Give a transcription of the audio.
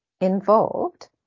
involved